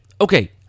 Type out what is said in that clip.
Okay